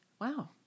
Wow